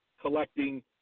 collecting